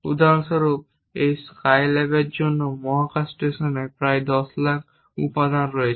উদাহরণস্বরূপ এই স্কাইল্যাবের জন্য মহাকাশ স্টেশনে প্রায় 10 লাখ উপাদান রয়েছে